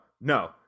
no